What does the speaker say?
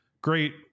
great